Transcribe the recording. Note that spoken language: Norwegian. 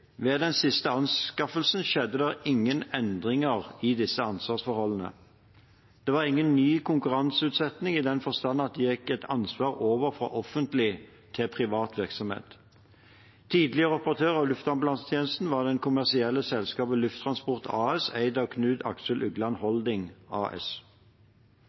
Ved den siste anskaffelsen skjedde det ingen endringer i disse ansvarsforholdene. Det var ingen ny konkurranseutsetting i den forstand at det gikk et ansvar over fra offentlig til privat virksomhet. Tidligere operatør av luftambulansetjenestene var det kommersielle selskapet Lufttransport AS, eid av Knut Axel Ugland Holding AS.